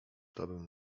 tobym